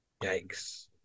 Yikes